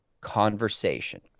conversation